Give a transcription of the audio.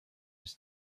his